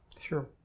Sure